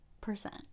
percent